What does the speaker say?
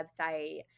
website